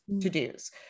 to-dos